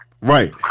Right